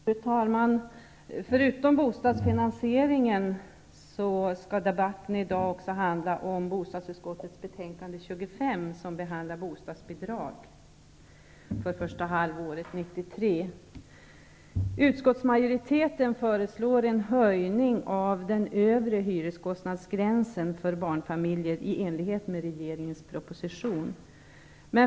Fru talman! Förutom bostadsfinansieringen skall debatten i dag också handla om bostadsutskottets betänkande 25 om bostadsbidragen för första halvåret 1993. Utskottsmajoriteten föreslår en höjning av den övre hyreskostnadsgränsen för barnfamiljer i enlighet med regeringens proposition.